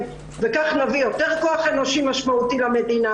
וכך נביא יותר כוח אנושי משמעותי למדינה.